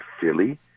Philly